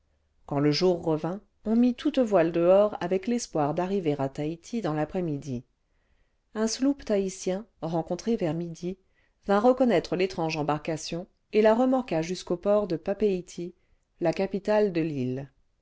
quand le jour revint on mit toutes voiles dehors avec l'espoir d'arriver à taitï dans l'après-midi un sloop taïtien rencontré vers midi vint reconnaître l'étrange embarcation et la remorqua jusqu'au port de papeïti la capitale de l'île